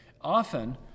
often